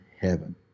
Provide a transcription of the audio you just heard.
heaven